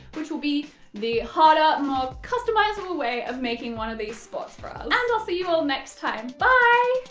which will be the harder, more customisable way of making one of these sports bras! and i'll see you all next time. bye!